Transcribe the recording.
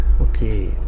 okay